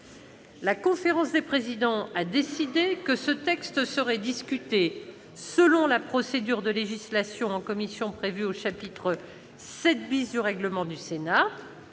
La conférence des présidents a décidé que ce texte serait discuté selon la procédure de législation en commission prévue au chapitre VII du règlement du Sénat.